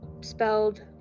spelled